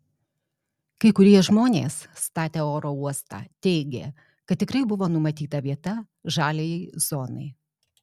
kai kurie žmonės statę oro uostą teigė kad tikrai buvo numatyta vieta žaliajai zonai